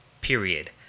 period